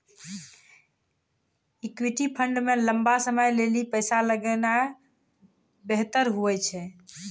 equity fund मे लंबा समय लेली पैसा लगौनाय बेहतर हुवै छै